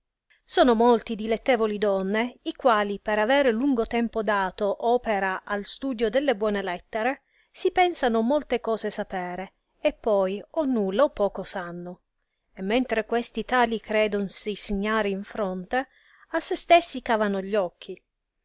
sono molti dilettevoli donne i quali per avere lungo tempo dato opera al studio delle buone lettere si pensano molte cose sapere e poi o nulla o poco sanno e mentre questi tali credonsi signare in fronte a se stessi cavano gli occhi